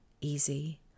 easy